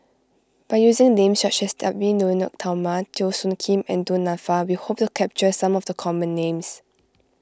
by using names such as Edwy Lyonet Talma Teo Soon Kim and Du Nanfa we hope to capture some of the common names